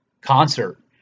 concert